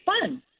fun